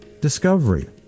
discovery